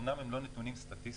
אומנם הם לא נתונים סטטיסטיים,